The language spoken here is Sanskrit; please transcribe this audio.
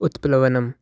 उत्प्लवनम्